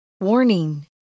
Warning